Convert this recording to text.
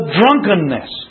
drunkenness